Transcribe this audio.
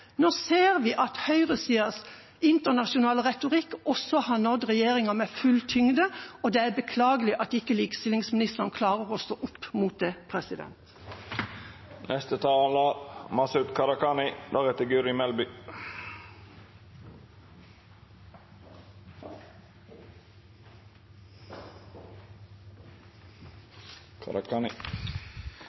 Nå ser vi at høyresidas internasjonale retorikk også har nådd regjeringa med full tyngde, og det er beklagelig at likestillingsministeren ikke klarer å stå opp mot det.